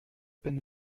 peine